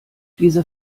diese